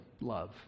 love